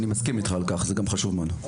אני מסכים איתך, זה חשוב מאוד.